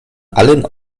allen